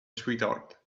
sweetheart